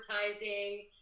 advertising